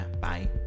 bye